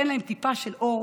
טיפה של אור